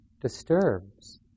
disturbs